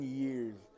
years